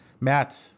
Matt